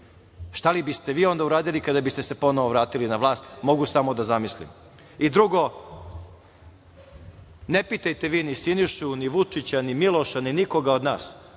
Šta biste vi onda uradili kada biste se ponovo vratili na vlast, mogu samo da zamislim. Drugo, ne pitajte vi ni Sinišu, ni Vučića, ni Miloša, ni nikoga od nas,